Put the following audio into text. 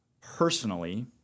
personally